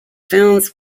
films